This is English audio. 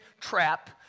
trap